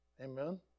Amen